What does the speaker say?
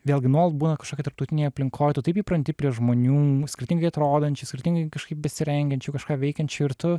vėlgi nuolat būna kažkokioj tarptautinėj aplinkoj tu taip įpranti prie žmonių skirtingai atrodančių skirtingai kažkaip besirengiančių kažką veikiančių ir tu